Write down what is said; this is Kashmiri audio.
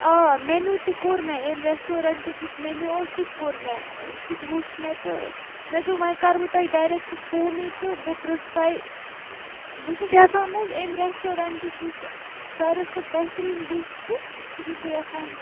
آ مینیوٗ تہِ کوٚر مےٚ امہِ ریسٹورینٛٹُک یُس مینیوٗ اوس سُہ تہِ کوٚر مےٚ سُہ تہِ وٕچھ مےٚ تہٕ مےٚ دوپ وۄنۍ کَرٕ بہٕ تۄہہِ ڈایِریکٹ فونٕے تہٕ بہٕ پِرٛژھٕ تۄہہِ بہٕ چھُس یَژھان حظ اَمہِ ریسٹورینٛٹٕچ یُس ساروی کھۄتہٕ بہتٔریٖن ڈِش چھِ سُہ چھُس بہٕ یَژھان